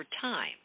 time